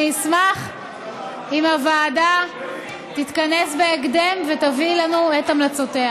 אני אשמח אם הוועדה תתכנס בהקדם ותביא לנו את המלצותיה.